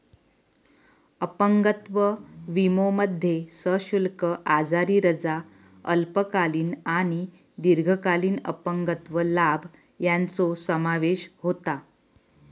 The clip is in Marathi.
अपंगत्व विमोमध्ये सशुल्क आजारी रजा, अल्पकालीन आणि दीर्घकालीन अपंगत्व लाभ यांचो समावेश होता